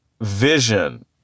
vision